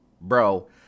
bro